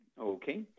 Okay